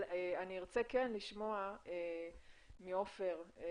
אני אשמח לשמוע מעופר על